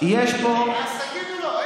יש פה טענה שהמחיר, אז תגידי לו.